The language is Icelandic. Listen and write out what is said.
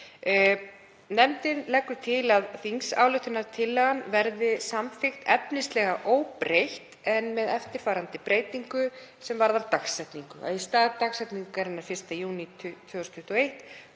Nefndin leggur til að þingsályktunartillagan verði samþykkt efnislega óbreytt, en með eftirfarandi breytingu sem varðar dagsetningu: Í stað dagsetningarinnar „1. júní 2021“